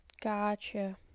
Gotcha